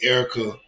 Erica